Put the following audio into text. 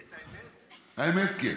האמת, כן.